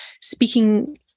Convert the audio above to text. speaking